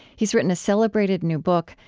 he's written a celebrated new book,